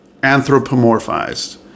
anthropomorphized